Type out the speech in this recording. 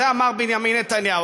את זה אמר בנימין נתניהו.